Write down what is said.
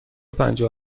پنجاه